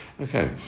Okay